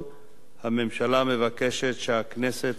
הממשלה, הממשלה מבקשת שהכנסת תאשר את ההחלטה.